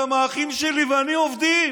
שגם האחים שלי ואני עובדים,